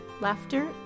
laughter